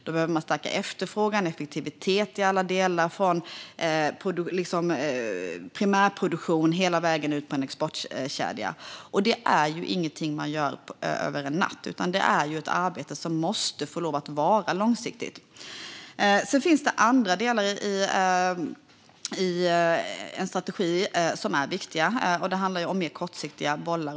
Då behöver man stärka efterfrågan och effektiviteten i alla delar från primärproduktionen hela vägen ut i en exportkedja. Det är ingenting man gör över en natt, utan det är ett arbete som måste få vara långsiktigt. Sedan finns det andra delar i en strategi som är viktiga, och det handlar om mer kortsiktiga bollar.